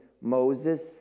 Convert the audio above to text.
Moses